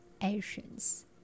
actions